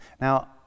Now